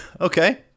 Okay